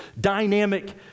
dynamic